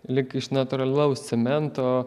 lyg iš natūralaus cemento